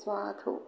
स्वाधु